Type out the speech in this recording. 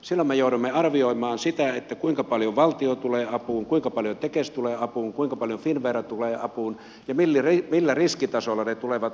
silloin me joudumme arvioimaan sitä kuinka paljon valtio tulee apuun kuinka paljon tekes tulee apuun kuinka paljon finnvera tulee apuun ja millä riskitasolla ne tulevat apuun